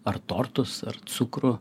ar tortus ar cukrų